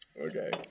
Okay